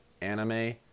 anime